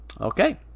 Okay